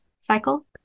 cycle